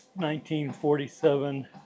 1947